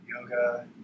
yoga